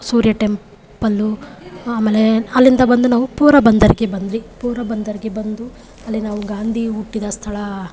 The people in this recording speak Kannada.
ಸೂರ್ಯ ಟೆಂಪಲ್ಲು ಆಮೇಲೆ ಅಲ್ಲಿಂದ ಬಂದು ನಾವು ಪೂರ್ವ ಬಂದರಿಗೆ ಬಂದ್ವಿ ಪೂರ್ವ ಬಂದರಿಗೆ ಬಂದು ಅಲ್ಲಿ ನಾವು ಗಾಂಧಿ ಹುಟ್ಟಿದ ಸ್ಥಳ